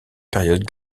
période